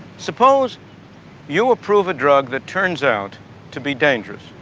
suppose you approve a drug that turns out to be dangerous,